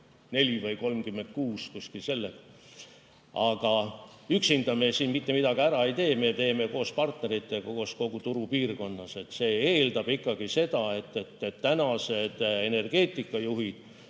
34% või 36%, umbes selline. Aga üksinda me siin mitte midagi ära ei tee, me teeme koos partneritega, koos kogu turupiirkonnas. See eeldab ikkagi seda, et tänased energeetikajuhid